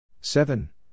Seven